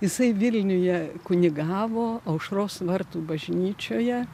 jisai vilniuje kunigavo aušros vartų bažnyčioje